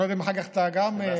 אני לא יודע אם אחר כך אתה גם דובר,